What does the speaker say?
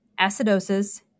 acidosis